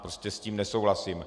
Prostě s tím nesouhlasím.